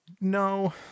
No